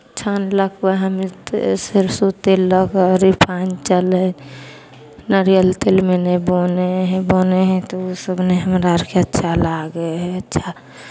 छानलक उएहमे ते सरिसो तेल लऽ कऽ रिफाइन चलै नारियल तेलमे नहि बनै हइ बनै हइ तऽ ओसभ नहि हमरा आरकेँ अच्छा लागै हइ अच्छा